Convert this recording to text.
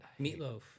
Meatloaf